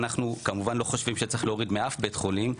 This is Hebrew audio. אנחנו כמובן לא חושבים שצריך להוריד מאף בית חולים,